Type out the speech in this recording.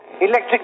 electric